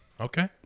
Okay